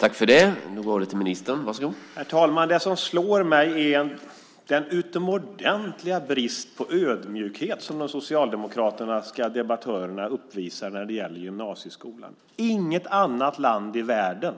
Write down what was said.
Herr talman! Det som slår mig är den utomordentliga brist på ödmjukhet som de socialdemokratiska debattörerna uppvisar när det gäller gymnasieskolan. Inget annat land i världen